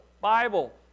Bible